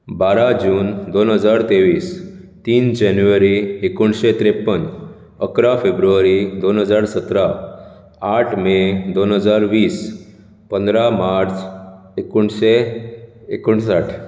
बारा जून दोन हजार तेवीस तीन जानेवारी एकुणशें त्रेप्पन अकरा फेब्रुवारी दोन हजार सतरा आठ मे दोन हजार वीस पंदरा मार्च एकुणशें एकूणसाट